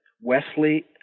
Wesley